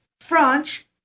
French